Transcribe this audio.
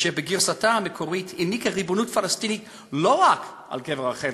שבגרסתה המקורית העניקה ריבונות פלסטינית לא רק על קבר רחל,